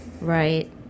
right